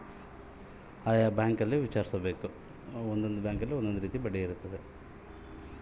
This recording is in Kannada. ನಾವು ತೆಗೆದುಕೊಳ್ಳುವ ಸಾಲಕ್ಕೆ ಬಡ್ಡಿದರ ಎಷ್ಟು?